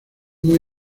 muy